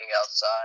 outside